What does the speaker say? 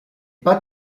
pas